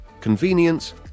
convenience